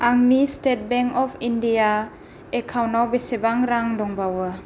आंनि State Bank of India एकाउन्टाव बेसेबां रां दंबावो